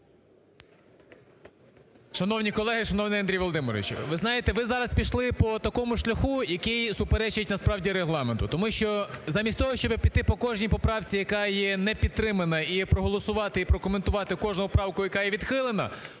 Шановні колеги, шановний Андрію Володимировичу! Ви знаєте, ви зараз пішли по такому шляху, який суперечить, насправді, Регламенту. Тому що замість того, щоб піти по кожній поправці, яка є непідтримана, і проголосувати, і прокоментувати кожну поправку, яка є відхилена,